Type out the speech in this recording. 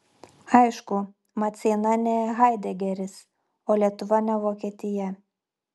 aišku maceina ne haidegeris o lietuva ne vokietija